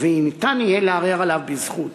וניתן יהיה לערער עליו בזכות.